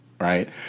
Right